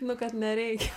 nu kad nereikia